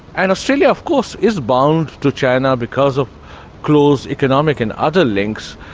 and australia of course is bound to china because of close economic and other links,